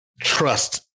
trust